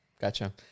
Gotcha